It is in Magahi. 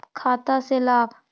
खाता से लाभ?